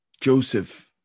Joseph